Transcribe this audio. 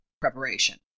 preparation